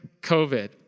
COVID